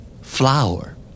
Flower